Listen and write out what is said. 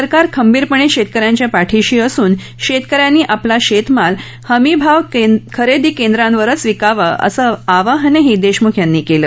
सरकार खंबीरपणे शेतकऱ्यांच्या पाठीशी असून शेतकऱ्यांनी आपला शेतमाल हमी भाव खरेदी केंद्रांवरही विकावा असं आवाहनहीदेशमुख यांनी केलं